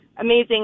amazing